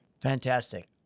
Fantastic